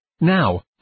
Now